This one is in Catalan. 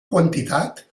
quantitat